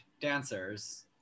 dancers